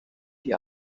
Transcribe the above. the